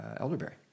elderberry